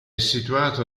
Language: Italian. situato